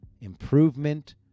improvement